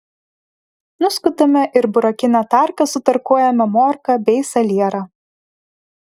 nuskutame ir burokine tarka sutarkuojame morką bei salierą